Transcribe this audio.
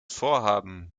vorhaben